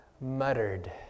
muttered